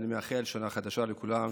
אני מאחל שנה חדשה לכולם,